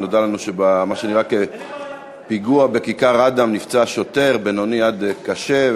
נודע לנו שבמה שנראה כפיגוע בכיכר אדם נפצע שוטר בינוני עד קשה.